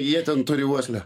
jie ten turi uoslę